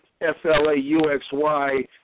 F-L-A-U-X-Y